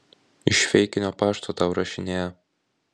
iš feikinio pašto tau rašinėja